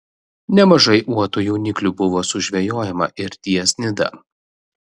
nemažai uotų jauniklių buvo sužvejojama ir ties nida